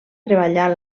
treballar